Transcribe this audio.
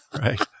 right